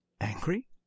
Angry